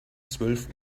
zwölf